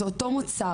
זה אותו מוצר,